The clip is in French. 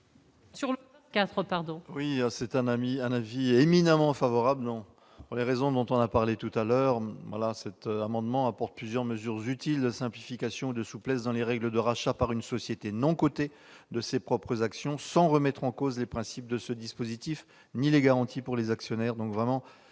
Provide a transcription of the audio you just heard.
émet un avis éminemment favorable ! Cet amendement apporte plusieurs mesures utiles de simplification ou de souplesse dans les règles de rachat par une société non cotée de ses propres actions, sans remettre en cause les principes de ce dispositif ni les garanties pour les actionnaires.